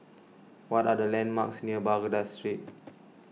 what are the landmarks near Baghdad Street